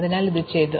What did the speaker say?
അതിനാൽ ഇത് ചെയ്തു